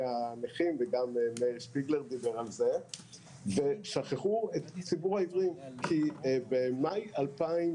הנכים וגם מאיר שפיגלר דיבר על זה ושכחו את ציבור העיוורים כי במאי 2019